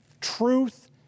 truth